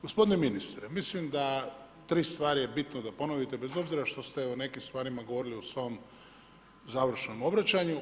Gospodine ministre, mislim da 3 stvari je bitno da ponovite, bez obzira što ste o nekim stvarima govorili u svom završnom obraćanju.